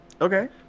Okay